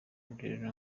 rurerure